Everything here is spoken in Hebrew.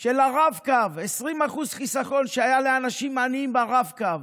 של הרב-קו, 20% חיסכון שהיה לאנשים עניים ברב-קו,